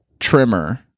trimmer